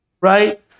right